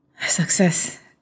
success